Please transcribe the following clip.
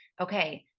okay